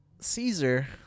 Caesar